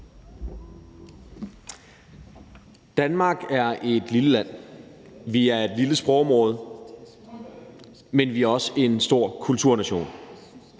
Danmark er et lille land. Vi er et lille sprogområde, men vi er også en stor kulturnation.